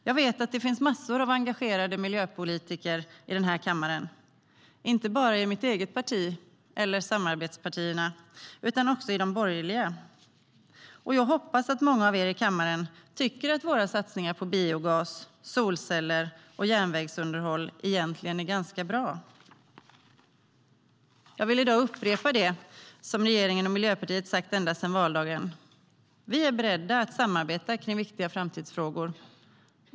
Jag vet att det finns massor av engagerade miljöpolitiker i den här kammaren, inte bara i mitt eget parti, eller samarbetspartierna, utan också i de borgerliga partierna. Jag hoppas att många av er i kammaren tycker att våra satsningar på biogas, solceller och järnvägsunderhåll egentligen är ganska bra. Jag vill i dag upprepa det som regeringen och Miljöpartiet sagt ända sedan valdagen: Vi är beredda att samarbeta kring viktiga framtidsfrågor.